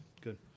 Good